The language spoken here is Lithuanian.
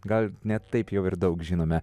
gal ne taip jau ir daug žinome